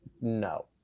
No